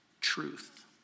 Truth